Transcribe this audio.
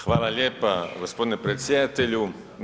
Hvala lijepa gospodine predsjedatelju.